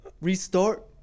Restart